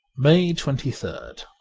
may twenty third